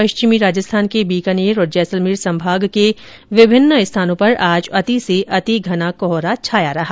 पश्चिमी राजस्थान के बीकानेर और जैसलमेर संभाग के विभिन्न स्थानों पर आज अति से अति घना कोहरा छाया रहा